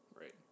right